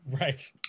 Right